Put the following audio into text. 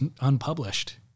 unpublished